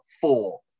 four